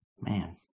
Man